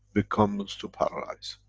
becomes to paralyze.